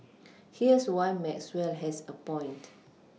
here's why Maxwell has a point